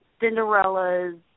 Cinderella's